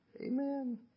Amen